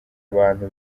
abantu